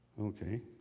Okay